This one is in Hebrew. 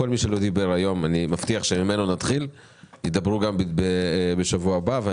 כל מי שלא דיבר היום, יוכל לדבר בשבוע הבא.